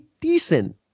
decent